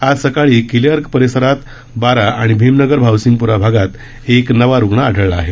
आज सकाळी किलेअर्क परिसरात बारा आणि भीमनगर भावसिंगप्रा भागात एक नवा रुग्ण आढळला आहे